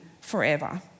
forever